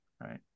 right